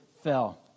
fell